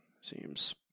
seems